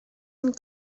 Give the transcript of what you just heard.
and